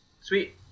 Sweet